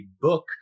book